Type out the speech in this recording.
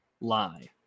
lie